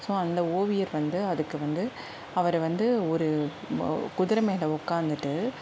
so அந்த ஓவியர் வந்து அதுக்கு வந்து அவர் வந்து ஒரு குதிரை மேலே உட்காந்துட்டு